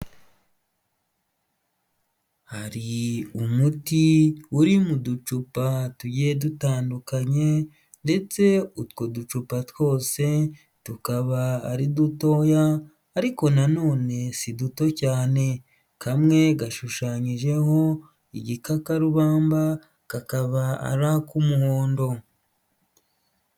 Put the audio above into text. Hari umuti uri mu ducupa tugiye dutandukanye ndetse utwo ducupa twose tukaba ari dutoya ariko na none si duto cyane kamwe gashushanyijeho igikakarubamba kakaba ari ak'umuhondo.